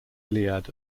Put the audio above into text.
iliad